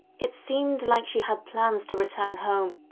it seemed like she had plans to return home,